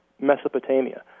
Mesopotamia